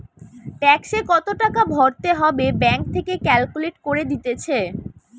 ট্যাক্সে কত টাকা ভরতে হবে ব্যাঙ্ক থেকে ক্যালকুলেট করে দিতেছে